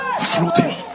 Floating